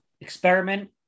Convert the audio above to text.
Experiment